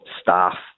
staff